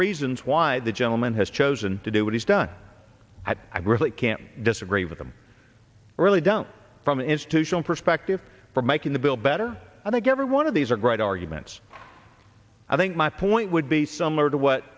reasons why the gentleman has chosen to do what he's done at i really can't disagree with them or really don't from institutional perspective for making the bill better i think every one of these are great arguments i think my point would be similar to what